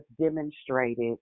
demonstrated